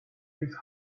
his